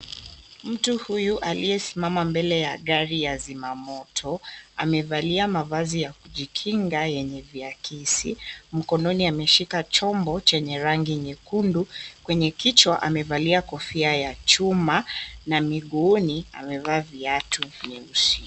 Mtu huyu aliyesimama mbele ya gari ya zima moto amevalia mavazi ya kujikinga yenye viakisi. Mkononi ameshika chombo chenye rangi nyekundu, kwenye kichwa amevalia kofia ya chuma na miguuni amevaa viatu vyeusi.